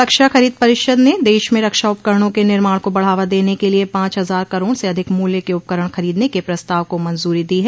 रक्षा खरीद परिषद ने देश में रक्षा उपकरणों के निर्माण को बढ़ावा देने के लिए पांच हजार करोड़ से अधिक मूल्य के उपकरण खरीदने के प्रस्ताव को मंजूरी दी है